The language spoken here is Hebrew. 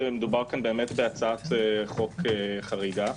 מדובר כאן בהצעת חוק חריגה,